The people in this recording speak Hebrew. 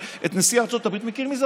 אבל בסוף היתרון המשמעותי הכי בולט